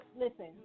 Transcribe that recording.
Listen